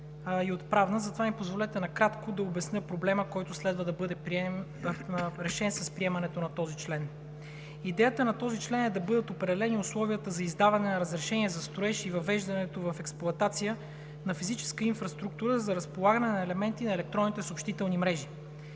Идеята на този член е да бъдат определени условията за издаване на разрешение за строеж и въвеждането в експлоатация на физическа инфраструктура за разполагане на елементи на електронните съобщителни мрежи.